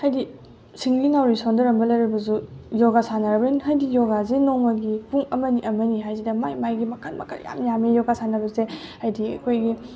ꯍꯥꯏꯗꯤ ꯁꯤꯡꯂꯤ ꯅꯥꯎꯔꯤ ꯁꯣꯟꯊꯔꯝꯕ ꯂꯩꯔꯕꯁꯨ ꯌꯣꯒꯥ ꯁꯥꯟꯅꯔꯕꯅꯤꯅ ꯍꯥꯏꯗꯤ ꯌꯣꯒꯥꯁꯦ ꯅꯣꯡꯃꯒꯤ ꯄꯨꯡ ꯑꯃꯅꯤ ꯑꯃꯅꯤ ꯍꯥꯏꯁꯤꯗ ꯃꯥꯏ ꯃꯥꯏꯒꯤ ꯃꯈꯟ ꯃꯈꯟ ꯌꯥꯝ ꯌꯥꯝꯃꯤ ꯌꯣꯒꯥ ꯁꯥꯟꯅꯕꯁꯦ ꯍꯥꯏꯗꯤ ꯑꯩꯈꯣꯏꯒꯤ